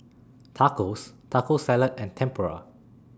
Tacos Taco Salad and Tempura